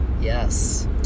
Yes